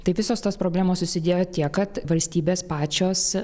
tai visos tos problemos susidėjo tiek kad valstybės pačios